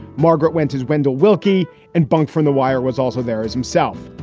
margaret went as wendell willkie and bunk from the wire was also there as himself.